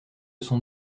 sont